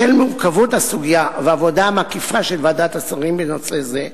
בשל מורכבות הסוגיה והעבודה המקיפה של ועדת השרים בנושא זה,